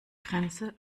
grenze